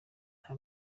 nta